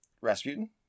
Rasputin